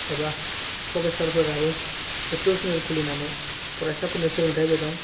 एबा प्रफेचारफोराबो इटुब सेनेल खुलिनानै फरायसाफोरनो सोलोंथाइ होबाय दं